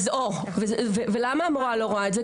אז למה המורה לא רואה את זה,